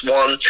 one